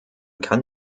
kann